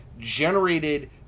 generated